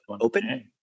Open